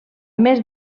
més